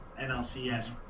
NLCS